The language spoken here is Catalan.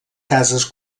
cases